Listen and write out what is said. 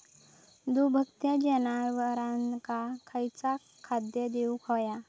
दुभत्या जनावरांका खयचा खाद्य देऊक व्हया?